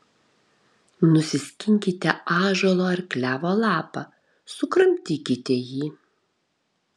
nusiskinkite ąžuolo ar klevo lapą sukramtykite jį